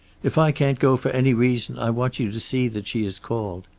if i can't go, for any reason, i want you to see that she is called.